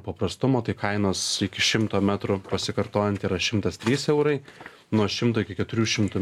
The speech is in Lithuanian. paprastumo tai kainos iki šimto metrų pasikartojant yra šimtas trys eurai nuo šimto iki keturių šimtų